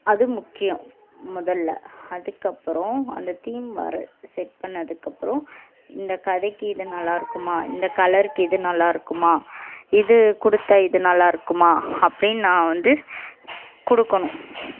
அது முக்கியம் முதல்ல அதுக்கப்புறம் அந்த தீம் வரய செட் பண்ணதுக்கப்புறம் இந்த கதைக்கு இது நல்லா இருக்குமா இந்த கலருக்கு இது நல்லா இருக்குமா இது கொடுத்தா இது நல்லா இருக்குமா அப்டின்னு நான் வந்து கொடுக்கணும்